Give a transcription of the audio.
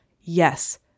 yes